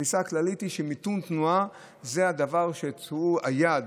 התפיסה הכללית היא שמיתון תנועה זה הדבר שהוא היעד,